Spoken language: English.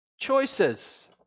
choices